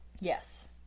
yes